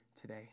today